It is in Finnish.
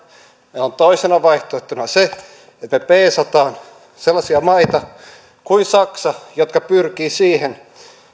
meillä on toisena vaihtoehtona se että peesataan sellaisia maita kuin saksa jotka pyrkivät siihen